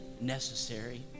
necessary